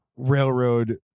railroad